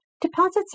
deposits